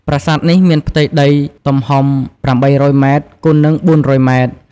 ប្រាសាទនេះមានផ្ទៃដីទំហំ ៨០០ ម៉ែត្រគុណនឹង ៤០០ ម៉ែត្រ។